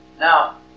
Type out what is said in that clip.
now